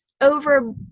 over